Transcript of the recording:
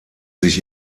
sich